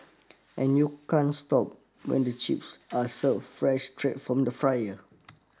and you can't stop when the chips are served fresh straight from the fryer